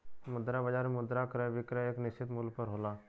मुद्रा बाजार में मुद्रा क क्रय विक्रय एक निश्चित मूल्य पर होला